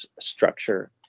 structure